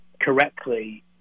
correctly